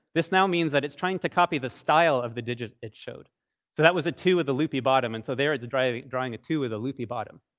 this now means that it's trying to copy the style of the digit it's showed. so that was a two with a loopy bottom. and so there, it's drawing drawing a two with a loopy bottom.